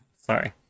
Sorry